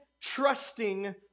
trusting